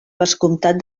vescomtat